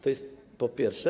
To jest po pierwsze.